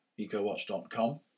ecowatch.com